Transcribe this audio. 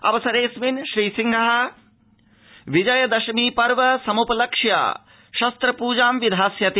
अवसरेऽस्मिन् श्रीसिंहः विजयादशमी पर्व सम्पलक्ष्य शस्रप्जां विधास्यति